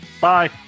Bye